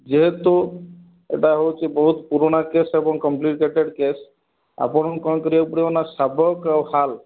ଯେହେତୁ ଏଇଟା ହେଉଛି ବହୁତ ପୁରୁଣା କେସ୍ ଏବଂ କମ୍ପଲିକେଟେଡ଼୍ କେସ୍ ଆପଣଙ୍କୁ କ'ଣ କରିବାକୁ ପଡ଼ିବ ନା ସାବକ ଆଉ ହାଲ